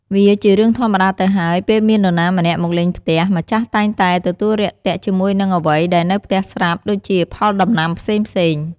វាជារឿងធម្មតាទៅហើយពេលមាននរណាម្នាក់មកលេងផ្ទះ ម្ចាស់តែងតែទទួលរាក់ទាក់ជាមួយនឹងអ្វីដែរនៅផ្ទះស្រាប់ ដូចជាផលដំណាំផ្សេងៗ។